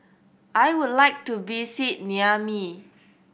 I would like to visit Niamey